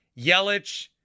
Yelich